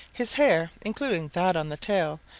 his hair, including that on the tail,